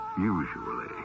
Usually